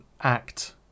act